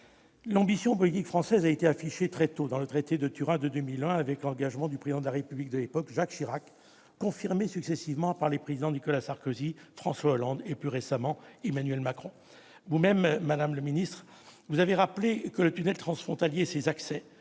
L'ambition politique française a été affichée très tôt, dès le traité de Turin de 2001, avec l'engagement du Président de la République de l'époque, Jacques Chirac, confirmé successivement par les présidents Nicolas Sarkozy, François Hollande et, plus récemment, Emmanuel Macron. Vous-même, madame le ministre, avez rappelé que le tunnel transfrontalier et ses accès